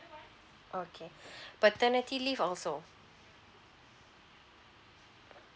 okay paternity leave also